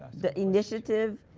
the initiative?